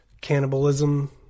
cannibalism